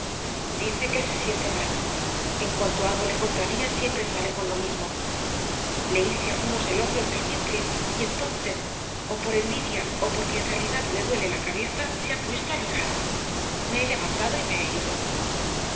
dice que se siente mal en cuanto algo le contraría siempre sale con lo mismo le hice algunos elogios de heathcliff y entonces o por envidia o porque en realidad le duela la cabeza se ha puesto a llorar me he levantado y me he ido